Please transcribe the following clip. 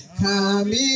come